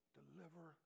deliver